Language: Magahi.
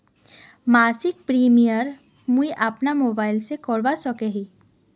मासिक प्रीमियम मुई अपना मोबाईल से करवा सकोहो ही?